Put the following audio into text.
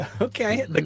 Okay